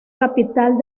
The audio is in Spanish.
capital